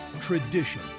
tradition